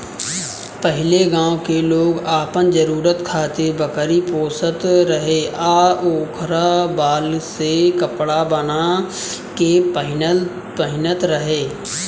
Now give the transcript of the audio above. पहिले गांव के लोग आपन जरुरत खातिर बकरी पोसत रहे आ ओकरा बाल से कपड़ा बाना के पहिनत रहे